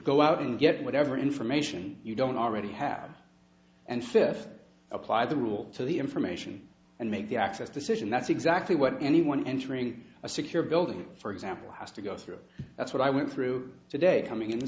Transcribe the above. go out and get whatever information you don't already have and fifth apply the rule to the information and make the access decision that's exactly what anyone entering a secure building for example has to go through that's what i went through today coming in the